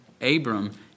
Abram